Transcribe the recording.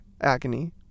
agony